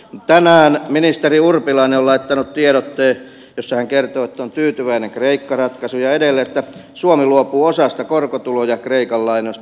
tänään ministeri urpilainen on laittanut tiedotteen jossa hän kertoo että on tyytyväinen kreikka ratkaisuun ja edelleen että suomi luopuu osasta korkotuloja kreikan lainoista